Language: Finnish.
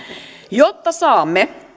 jotta saamme